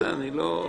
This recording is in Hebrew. בסדר.